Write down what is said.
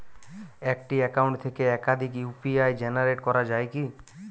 একটি অ্যাকাউন্ট থেকে একাধিক ইউ.পি.আই জেনারেট করা যায় কি?